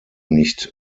nicht